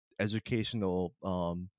educational